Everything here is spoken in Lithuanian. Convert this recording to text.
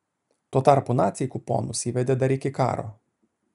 tuo tarpu naciai kuponus įvedė dar iki karo